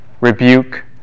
Rebuke